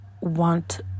want